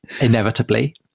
inevitably